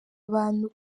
abantu